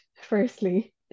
firstly